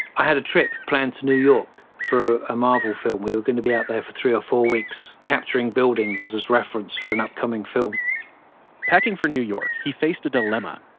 i had a trip planned to new york for a marvel film. we were going to be out there for three or four weeks capturing buildings as as reference for an upcoming film packing for new york, he faced a dilemma.